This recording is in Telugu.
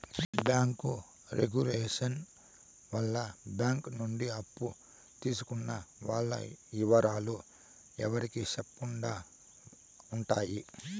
బ్యాంకు రెగులేషన్ వల్ల బ్యాంక్ నుండి అప్పు తీసుకున్న వాల్ల ఇవరాలు ఎవరికి సెప్పకుండా ఉంటాయి